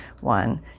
one